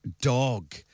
Dog